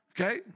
Okay